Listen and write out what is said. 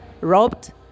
robbed